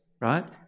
right